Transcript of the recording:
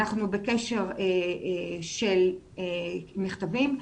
אנחנו בקשר של מכתבים,